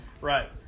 Right